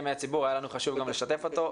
מהציבור היה חשוב לנו גם לשתף אותו,